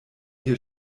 hier